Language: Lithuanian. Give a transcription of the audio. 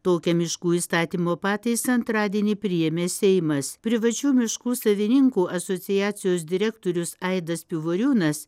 tokią miškų įstatymo pataisą antradienį priėmė seimas privačių miškų savininkų asociacijos direktorius aidas pivoriūnas